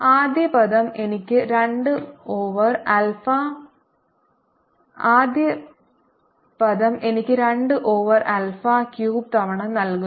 ആദ്യ പദം എനിക്ക് 2 ഓവർ ആൽഫ ക്യൂബ് തവണ നൽകുന്നു